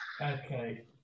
Okay